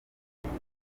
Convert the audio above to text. ebola